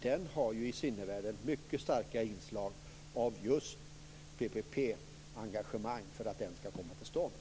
Det är ju ett mycket starkt inslag av PPP för att den ska komma till stånd.